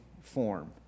form